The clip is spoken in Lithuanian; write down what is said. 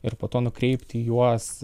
ir po to nukreipti juos